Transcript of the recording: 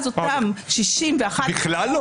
בכלל לא?